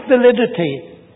validity